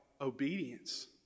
obedience